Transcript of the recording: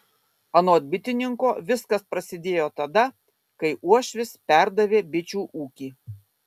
anot bitininko viskas prasidėjo tada kai uošvis perdavė bičių ūkį